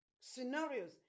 scenarios